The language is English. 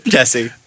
Jesse